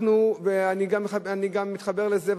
ואני גם מתחבר לזה,